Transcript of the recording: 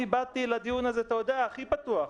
אני באתי לדיון הזה הכי פתוח.